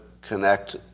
connect